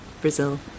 Brazil